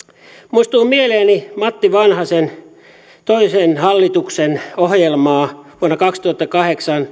muistuu mieleeni matti vanhasen toisen hallituksen ohjelma vuonna kaksituhattakahdeksan